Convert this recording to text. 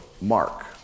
Mark